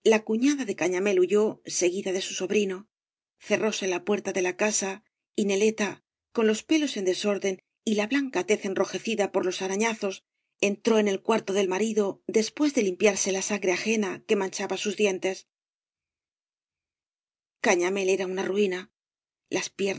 la cuñada de cañamél üuyó seguida de su sobrino cerróse la puerta ae la casa y neleta con los pelos en desorden y la blanca tez enrojecida por los arañazos entró en el cuarto del marido después de limpiarse la sangre ajena que mancha ba sus dientes cañamél era una ruina las